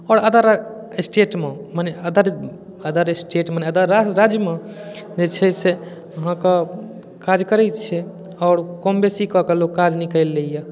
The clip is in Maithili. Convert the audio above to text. आओर अदर स्टेटमे मने अदर अदर स्टेट मने अदर राज्यमे जे छै से अहाँके काज करै छै आओर कम बेसीकऽ के लोक काज निकालि लइए